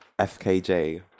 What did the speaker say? FKJ